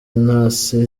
intasi